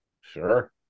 Sure